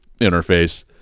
interface